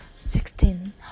Sixteen